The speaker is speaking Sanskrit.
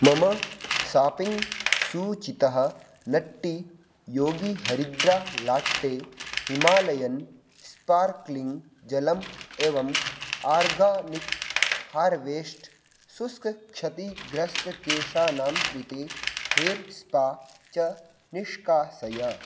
मम शापिङ्ग् सूचितः नट्टी योगी हरिद्रा लाट्टे हिमालयन् स्पार्क्लिङ्ग् जलम् एवम् आर्गानिक् हार्वेस्ट् शुष्कक्षतिग्रस्तकेशानां कृते हेर् स्पा च निष्कासय